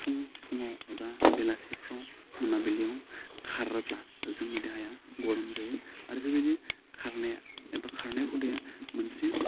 फुं फुङाव एबा बेलासिफ्राव मोनाबिलियाव खारोब्ला जोंनि देहाया गरम जायो आरो बेबायदिनो खारनाया एबा खारनाय हुदाया मोनसे